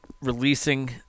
releasing